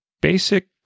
basic